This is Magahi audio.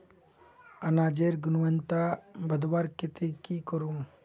अनाजेर गुणवत्ता बढ़वार केते की करूम?